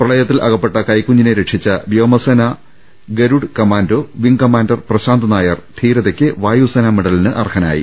പ്രളയത്തിൽ അകപ്പെട്ട കൈക്കുഞ്ഞിനെ രക്ഷിച്ച വ്യോമസേനാ Garud commando wing commander Prashant Nair ധീരതയ്ക്ക് വായുസേനാ മെഡലിന് അർഹനായി